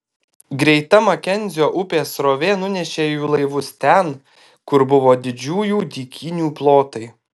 greita makenzio upės srovė nunešė jų laivus ten kur buvo didžiųjų dykynių plotai